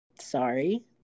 Sorry